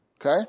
Okay